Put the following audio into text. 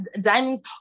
diamonds